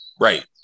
Right